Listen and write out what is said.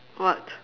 what